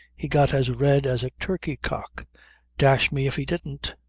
he got as red as a turkey-cock dash me if he didn't.